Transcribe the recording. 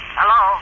hello